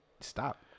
Stop